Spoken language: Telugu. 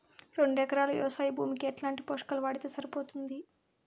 రెండు ఎకరాలు వ్వవసాయ భూమికి ఎట్లాంటి పోషకాలు వాడితే సరిపోతుంది?